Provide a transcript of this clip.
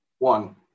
One